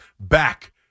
back